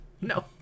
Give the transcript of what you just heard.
No